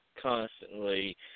constantly